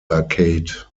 arcade